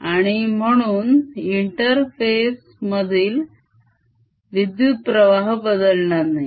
आणि म्हणून interface मधील विद्युत्प्रवाह बदलणार नाही